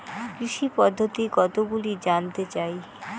কৃষি পদ্ধতি কতগুলি জানতে চাই?